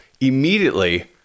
Immediately